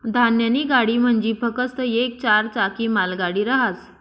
धान्यनी गाडी म्हंजी फकस्त येक चार चाकी मालगाडी रहास